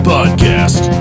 Podcast